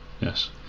yes